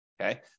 Okay